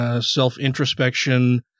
self-introspection